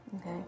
Okay